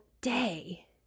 day